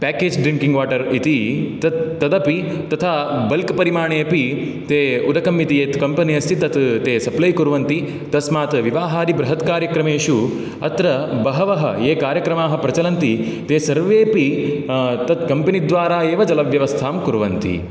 package drinking water इति तत् तदपि तथा बल्क् परिमाणे अपि ते उदकम् इति यत् कम्पेनि अस्ति तत् ते सप्लै कुर्वन्ति तस्मात् विवाहादिबृहत्कार्यक्रमेषु अत्र बहवः ये कार्यक्रमाः प्रचलन्ति ते सर्वेऽपि तत् कम्पेनि द्वारा एव जल व्यवस्थां कुर्वन्ति